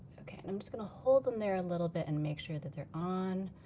okay, and i'm just gonna hold them there a little bit and make sure that they're on.